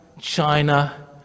China